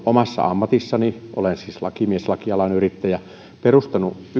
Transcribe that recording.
omassa ammatissani olen siis lakimies lakialan yrittäjä perustanut